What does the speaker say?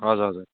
हजुर हजुर